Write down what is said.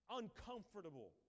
uncomfortable